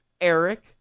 Eric